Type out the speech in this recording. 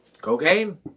cocaine